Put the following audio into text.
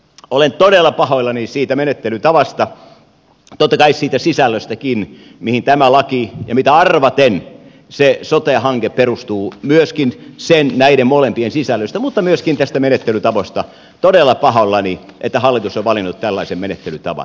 olen todella pahoillani siitä menettelytavasta totta kai siitä sisällöstäkin mihin tämä laki ja mihin arvaten se sote hanke perustuu näistä molemmista sisällöstä mutta myöskin tästä menettelytavasta todella pahoillani että hallitus on valinnut tällaisen menettelytavan